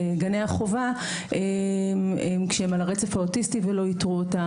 לגני החובה כשהם על הרצף האוטיסטי ולא איתרו אותם,